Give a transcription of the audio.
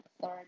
Third